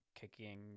kicking